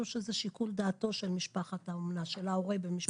או שזה שיקול דעתו של ההורה במשפחת האומנה?